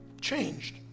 changed